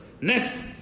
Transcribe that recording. Next